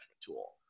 tool